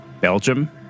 Belgium